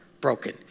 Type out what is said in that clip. broken